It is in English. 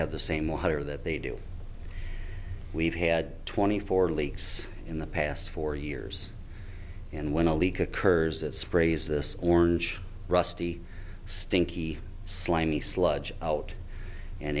have the same whatever that they do we've had twenty four leaks in the past four years and when a leak occurs it sprays this orange rusty stinky slimy sludge out and